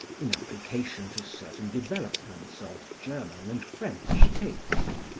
in application to certain developments of german and french taste,